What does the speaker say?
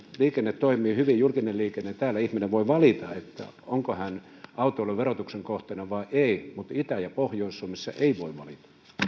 liikenne toimii hyvin julkinen liikenne täällä ihminen voi valita onko hän autoilun verotuksen kohteena vai ei mutta itä ja pohjois suomessa ei voi valita